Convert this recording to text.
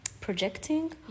projecting